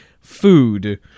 food